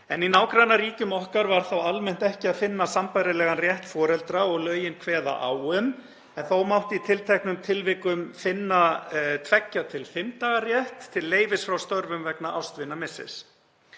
en í nágrannaríkjum okkar var þó almennt ekki að finna sambærilegan rétt foreldra og lögin kveða á um en þó mátti í tilteknum tilvikum finna tveggja til fimm daga rétt til leyfis frá störfum vegna ástvinamissis.